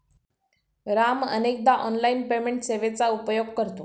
राम अनेकदा online payment सेवेचा उपयोग करतो